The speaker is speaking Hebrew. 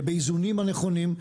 באיזונים הנכונים,